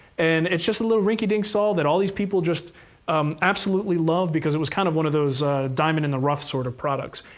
and it's just a little rinky-dink saw that all these people just um absolutely love, because it was kind of one of those diamond-in-the-rough sort of products.